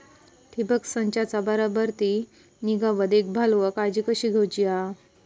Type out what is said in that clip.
ठिबक संचाचा बराबर ती निगा व देखभाल व काळजी कशी घेऊची हा?